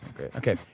Okay